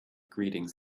greetings